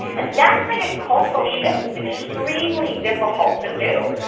and that kind of cultural shift is extremely difficult to do,